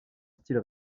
style